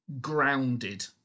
grounded